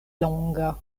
longa